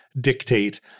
dictate